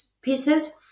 pieces